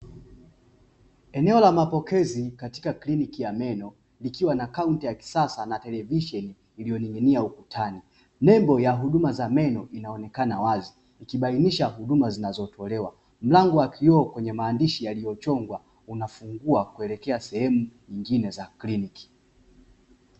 Eneo la mapokezi katika kliniki ya meno likiwa na kaunti ya kisasa na televisheni iliyoning'inia ukutani, nembo ya huduma za meno inaonekana wazi ikibainisha huduma zinazotolewa, mlangoo wa kioo kwenye maandishi yaliyochongwa unafungua kuelekea sehemu nyingine za kliniki.